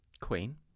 Queen